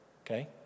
okay